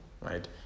right